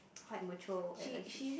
quite mature at her age